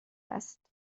است